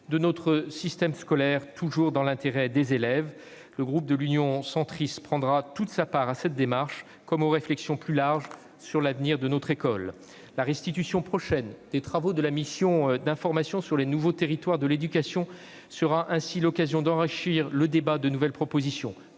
de notre système scolaire, toujours dans l'intérêt des élèves. Le groupe Union Centriste prendra toute sa part à ce travail, comme aux réflexions plus larges sur l'avenir de notre école. La restitution prochaine des travaux de la mission d'information sur les nouveaux territoires de l'éducation sera ainsi l'occasion d'enrichir le débat de nouvelles propositions,